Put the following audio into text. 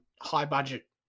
high-budget